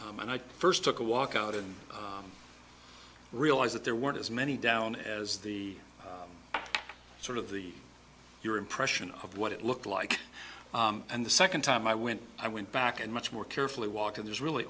there and i first took a walk out and realize that there weren't as many down as the sort of the your impression of what it looked like and the second time i went i went back and much more carefully walked in there's really